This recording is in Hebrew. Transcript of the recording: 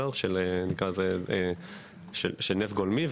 נקרא לזה נפט גולמי,